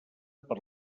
per